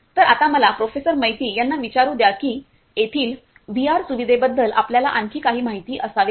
तर आता मला प्रोफेसर मैती यांना विचारू द्या की येथील व्हीआर सुविधेबद्दल आपल्याला आणखी काही माहिती असावे का